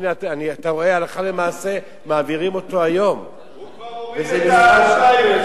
אתה רואה שמעבירים אותו היום הלכה למעשה.